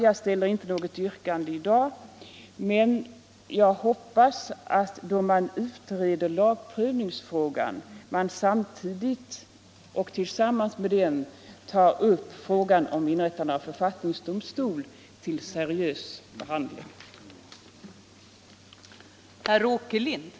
Jag ställer inte något yrkande i dag, men jag hoppas att då man utreder lagprövningsfrågan man samtidigt och tillsammans med den tar upp frågan om inrättande av författningsdomstol till seriös behandling.